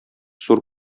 зур